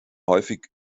häufig